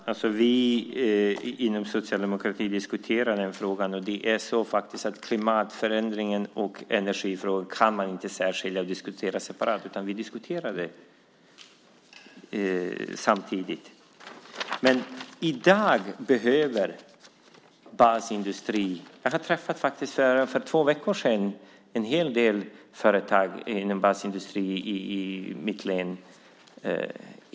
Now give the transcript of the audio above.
Herr talman! Vi inom socialdemokratin diskuterar frågan. Klimatförändringen och energifrågan kan inte särskiljas och diskuteras separat. Vi diskuterar dem samtidigt. För två veckor sedan träffade jag företagare inom basindustrin i mitt län.